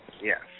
yes